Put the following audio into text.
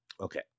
Okay